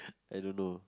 I don't know